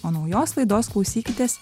o naujos laidos klausykitės